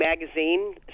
magazine